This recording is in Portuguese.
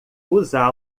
usá